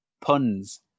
Puns